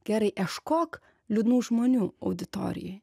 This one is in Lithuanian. gerai ieškok liūdnų žmonių auditorijoj